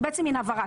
זאת בעצם מן הבהרה,